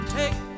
take